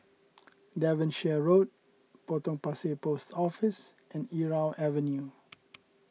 Devonshire Road Potong Pasir Post Office and Irau Avenue